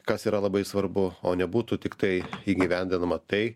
kas yra labai svarbu o nebūtų tiktai įgyvendinama tai